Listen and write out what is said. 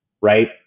right